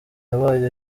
yabaye